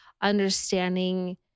understanding